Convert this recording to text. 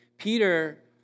Peter